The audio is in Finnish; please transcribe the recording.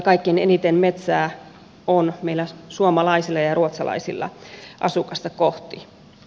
kaikkein eniten metsää on meillä suomalaisilla ja ruotsalaisilla asukasta kohti